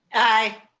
aye.